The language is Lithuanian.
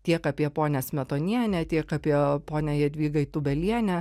tiek apie ponią smetonienę tiek apie ponią jadvygą tūbelienę